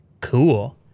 Cool